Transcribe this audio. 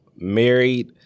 Married